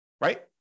right